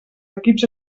equips